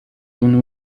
unu